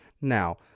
Now